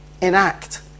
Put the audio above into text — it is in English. enact